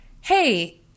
hey